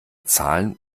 zahlen